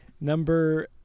number